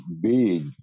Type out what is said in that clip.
big